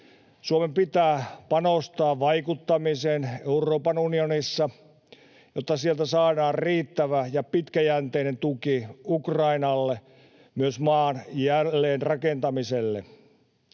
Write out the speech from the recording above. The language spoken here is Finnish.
Suomen pitää panostaa vaikuttamiseen Euroopan unionissa, jotta sieltä saadaan riittävä ja pitkäjänteinen tuki Ukrainalle, ja myös maan jälleenrakentamiselle.